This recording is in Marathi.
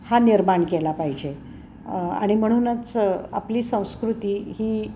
हा निर्माण केला पाहिजे आणि म्हणूनच आपली संस्कृती ही